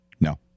No